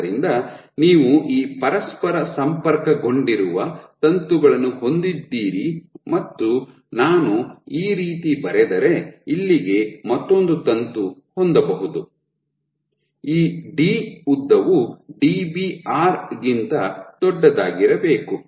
ಆದ್ದರಿಂದ ನೀವು ಈ ಪರಸ್ಪರ ಸಂಪರ್ಕಗೊಂಡಿರುವ ತಂತುಗಳನ್ನು ಹೊಂದಿದ್ದೀರಿ ಮತ್ತು ನಾನು ಈ ರೀತಿ ಬರೆದರೆ ಇಲ್ಲಿಗೆ ಮತ್ತೊಂದು ತಂತು ಹೊಂದಬಹುದು ಈ ಡಿ ಉದ್ದವು ಡಿಬಿಆರ್ ಗಿಂತ ದೊಡ್ಡದಾಗಿರಬೇಕು